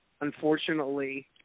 unfortunately